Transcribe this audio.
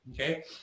okay